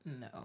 No